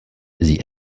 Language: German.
sie